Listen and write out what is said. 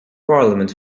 parliament